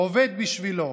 עובד בשבילו,